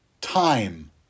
time